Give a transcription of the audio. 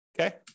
okay